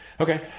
Okay